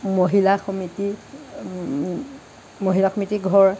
মহিলা সমিতি মহিলা সমিতি ঘৰ